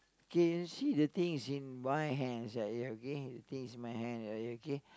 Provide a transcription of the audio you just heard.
K actually the thing is in my hands uh okay the thing is in my hands uh okay